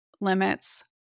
limits